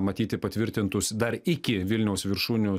matyti patvirtintus dar iki vilniaus viršūnių